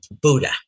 Buddha